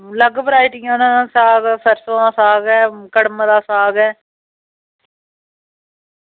अलग वैरायटियां न साग सरसों दा साग ऐ कड़म दा साग ऐ